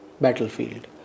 battlefield